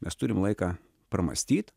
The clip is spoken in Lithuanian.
mes turim laiką pramąstyt